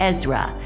Ezra